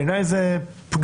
בעיניי זה פגם.